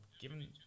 Given